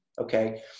okay